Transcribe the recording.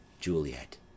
Juliet